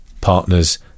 partner's